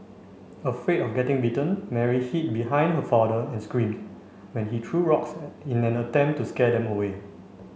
afraid of getting bitten Mary hid behind her father and screamed when he threw rocks in an attempt to scare them away